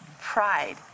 Pride